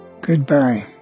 Goodbye